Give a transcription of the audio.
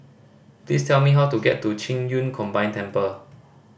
please tell me how to get to Qing Yun Combined Temple